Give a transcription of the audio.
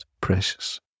precious